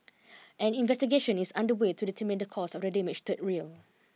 an investigation is under way to determine the cause of the damaged third rail